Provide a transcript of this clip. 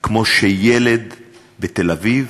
כמו שילד בתל-אביב,